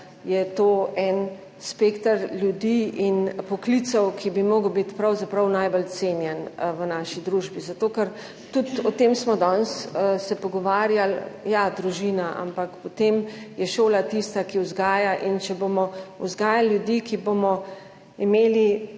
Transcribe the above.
je to en spekter ljudi in poklicev, ki bi moral biti pravzaprav najbolj cenjen v naši družbi, zato ker, tudi o tem smo danes se pogovarjali, ja družina, ampak potem je šola tista, ki vzgaja. In če bomo vzgajali ljudi, ki bomo imeli